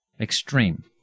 Extreme